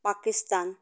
Pakistan